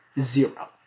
zero